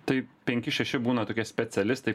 tai penki šeši būna tokie specialistai